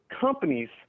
companies